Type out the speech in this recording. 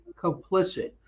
complicit